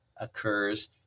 occurs